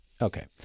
Okay